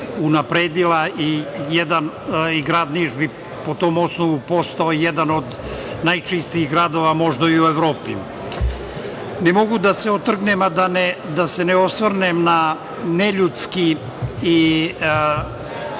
grad Niš bi po tom osnovu postao jedan od najčistijih gradova možda i u Evropi. Ne mogu da se otrgnem, a da se ne osvrnem, na neljudski